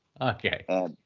Okay